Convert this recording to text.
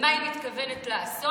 ומה היא מתכוונת לעשות,